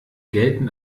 gelten